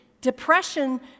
depression